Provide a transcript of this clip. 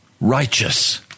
righteous